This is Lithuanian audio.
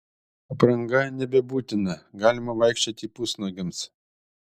apranga nebebūtina galima vaikščioti pusnuogiams